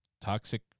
Toxic